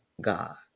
God